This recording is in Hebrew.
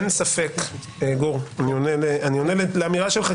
אני עונה לאמירה שלך,